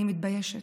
אני מתביישת.